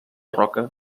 roca